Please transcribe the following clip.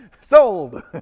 Sold